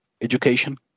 education